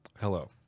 Hello